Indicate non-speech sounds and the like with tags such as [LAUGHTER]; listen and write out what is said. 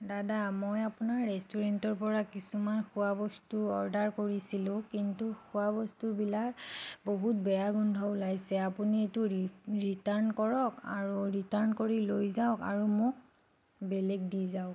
দাদা মই আপোনাৰ ৰেষ্টুৰেণ্টৰ পৰা কিছুমান খোৱাবস্তু অৰ্ডাৰ কৰিছিলোঁ কিন্তু খোৱাবস্তুবিলাক বহুত বেয়া গোন্ধ ওলাইছে আপুনি এইটো [UNINTELLIGIBLE] ৰিটাৰ্ণ কৰক আৰু ৰিটাৰ্ণ কৰি লৈ যাওক আৰু মোক বেলেগ দি যাওক